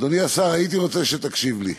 אדוני השר, הייתי רוצה שתקשיב לי.